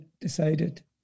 decided